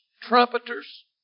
trumpeters